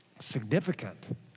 Significant